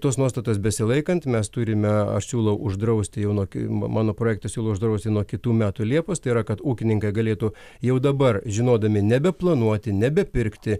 tos nuostatos besilaikant mes turime aš siūlau uždrausti jau nuo ki mano projektas siūlo uždrausti nuo kitų metų liepos tai yra kad ūkininkai galėtų jau dabar žinodami nebeplanuoti nebepirkti